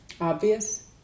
obvious